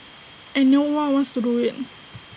and no one wants to do IT